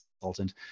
consultant